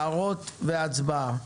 הערות והצבעה.